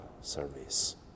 service